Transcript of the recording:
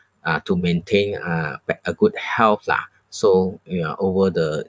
uh to maintain uh back a good health lah so we are over the